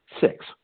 Six